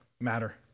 matter